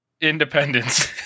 independence